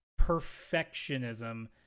perfectionism